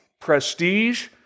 prestige